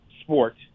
sport